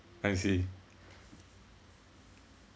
I see